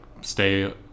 stay